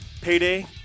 Payday